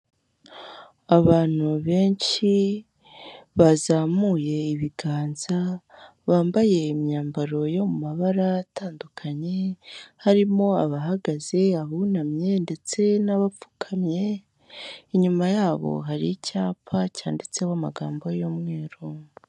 Abantu benshi bazamuye ibiganza, bambaye imyambaro yo mu mabara atandukanye, harimo abahagaze, abunamye ndetse n'abapfukamye, inyuma yabo hari icyapa cyanditseho amagambo y'umweru.